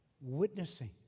witnessing